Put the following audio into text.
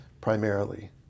Primarily